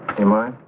in my.